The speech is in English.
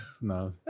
No